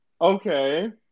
Okay